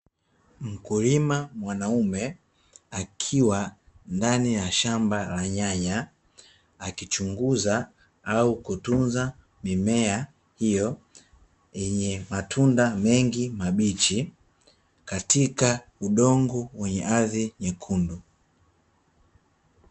Mkulima mwanaume akiwa ndani ya shamba la nyanya, akichunguza au kutunza mimea hiyo yenye matunda mengi mabichi katika udongo wenye ardhi nyekundu.